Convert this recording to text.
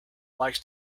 likes